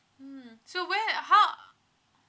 mm so where uh how